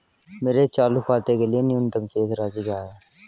मेरे चालू खाते के लिए न्यूनतम शेष राशि क्या है?